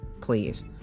please